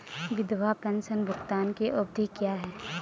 विधवा पेंशन भुगतान की अवधि क्या है?